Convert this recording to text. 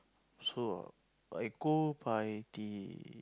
so I go by the